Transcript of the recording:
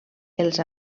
els